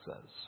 says